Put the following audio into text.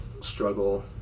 struggle